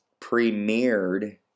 premiered